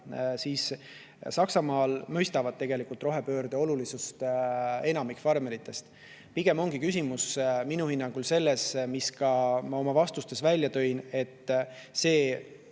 et] Saksamaal mõistab tegelikult rohepöörde olulisust enamik farmeritest. Pigem ongi minu hinnangul küsimus selles, mille ka oma vastustes välja tõin, et see